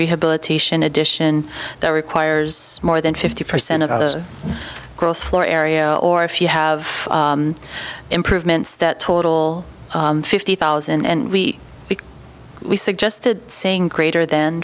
rehabilitation addition that requires more than fifty percent of other gross floor area or if you have improvements that total fifty thousand and we big we suggested saying creator th